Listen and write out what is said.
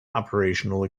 operational